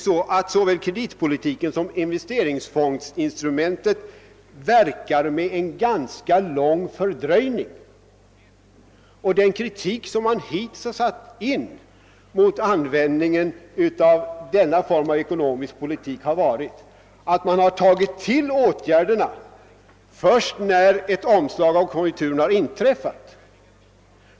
Såväl kreditpolitiken som investeringsfondsinstrumentet verkar ju med en ganska lång fördröjning, och den kritik som hittills riktats mot användingen av denna form av ekonomisk politik har gått ut på att åtgärderna satts in först sedarmr ett omslag i konjunkturerna har inträffat.